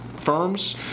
firms